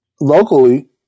locally